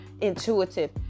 intuitive